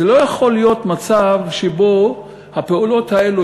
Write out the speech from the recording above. לא יכול להיות מצב שבו הפעולות האלה,